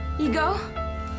Ego